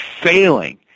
failing